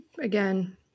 Again